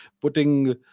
putting